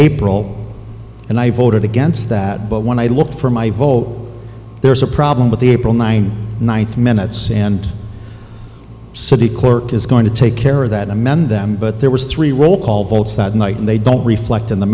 april and i voted against that but when i look for my vote there's a problem with the april ninth ninth minutes and city clerk is going to take care of that amend them but there was three roll call votes that night and they don't reflect in the